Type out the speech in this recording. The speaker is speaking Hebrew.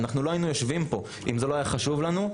אנחנו לא היינו יושבים פה אם זה לא היה חשוב לנו.